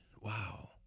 Wow